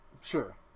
Sure